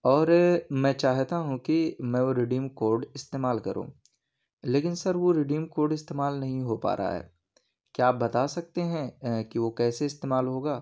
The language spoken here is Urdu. اور میں چاہتا ہوں کہ میں وہ رڈیم کوڈ استعمال کروں لیکن سر وہ رڈیم کوڈ استعمال نہیں ہو پا رہا ہے کیا آپ بتا سکتے ہیں کہ وہ کیسے استعمال ہوگا